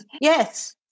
Yes